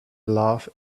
love